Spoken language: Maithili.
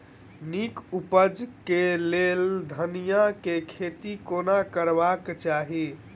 नीक उपज केँ लेल धनिया केँ खेती कोना करबाक चाहि?